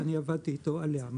שעבדתי איתו עליה.